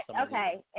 okay